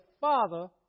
Father